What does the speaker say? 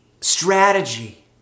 strategy